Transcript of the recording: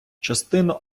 частину